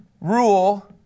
rule